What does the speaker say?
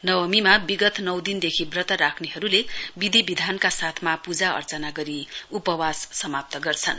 नवमीमा विगत नौदिनदेखि ब्रत राख्नेहरुले विधि विधानका साथमा पूजा अर्चना गरी उपवास समाप्त गर्छन्